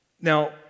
Now